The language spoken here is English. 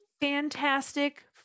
Fantastic